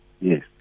Yes